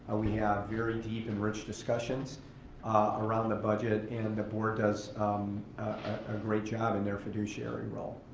ah we have very deep and rich discussions around the budget and the board does a great job in their fiduciary role.